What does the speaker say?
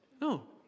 No